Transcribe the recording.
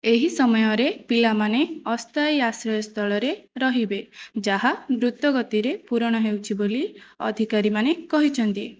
ଏହି ସମୟରେ ପିଲାମାନେ ଅସ୍ଥାୟୀ ଆଶ୍ରୟସ୍ଥଳରେ ରହିବେ ଯାହା ଦ୍ରୁତଗତିରେ ପୂରଣ ହେଉଛି ବୋଲି ଅଧିକାରୀମାନେ କହିଛନ୍ତି